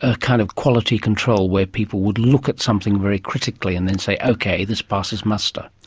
a kind of quality control where people would look at something very critically and say, okay, this passes muster?